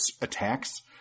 attacks